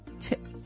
tip